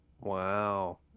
Wow